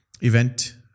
event